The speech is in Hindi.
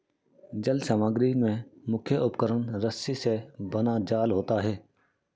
जल समग्री में मुख्य उपकरण रस्सी से बना जाल होता है